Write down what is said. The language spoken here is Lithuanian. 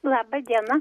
laba diena